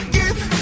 give